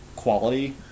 quality